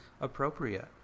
appropriate